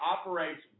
operates